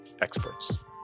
experts